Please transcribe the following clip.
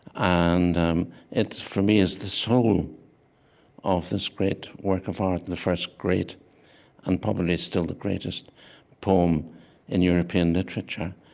and um it, for me, is the soul of this great work of art, the first great and probably still the greatest poem in european literature.